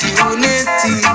unity